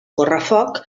correfoc